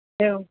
एवम्